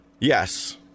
Yes